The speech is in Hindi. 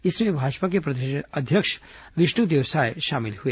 इसमें भाजपा के प्रदेश अध्यक्ष विष्णुदेव साय शामिल हुए